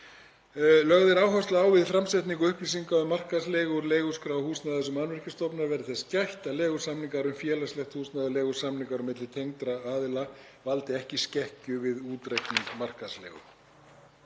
Lögð er áhersla á að við framsetningu upplýsinga um markaðsleigu úr leiguskrá Húsnæðis- og mannvirkjastofnunar verði þess gætt að leigusamningar um félagslegt húsnæði og leigusamningar á milli tengdra aðila valdi ekki skekkju við útreikning markaðsleigu.